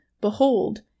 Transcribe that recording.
Behold